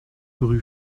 rue